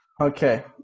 Okay